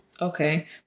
Okay